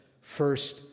first